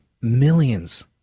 millions